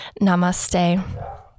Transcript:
Namaste